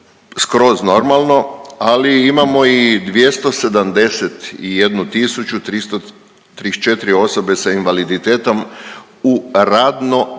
skroz normalno ali imamo i 271334 osobe sa invaliditetom u radno